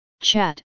chat